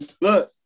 look